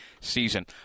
season